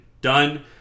done